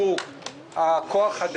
תתקשרי מוקדם את באוכלוסיות סיכון, אז נשמור לך.